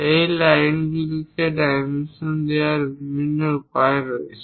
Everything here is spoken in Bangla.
এই লাইনগুলিকে ডাইমেনশন দেওয়ার বিভিন্ন উপায় রয়েছে